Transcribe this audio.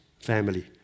family